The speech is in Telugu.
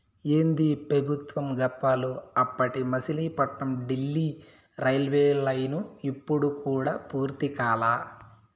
ఏందీ పెబుత్వం గప్పాలు, అప్పటి మసిలీపట్నం డీల్లీ రైల్వేలైను ఇప్పుడు కూడా పూర్తి కాలా